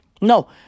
no